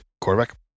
Quarterback